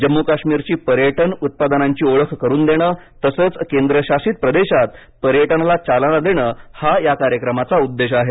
जम्मू काश्मीरची पर्यटन उत्पादनांची ओळख करून देणं तसच केंद्रशासित प्रदेशात पर्यटनाला चालना देणे हा या कार्यक्रमाचा उद्देश आहे